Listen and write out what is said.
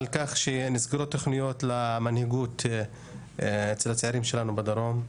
על כך שנסגרו תוכניות של המנהיגות לצעירים שלנו בדרום,